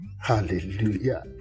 Hallelujah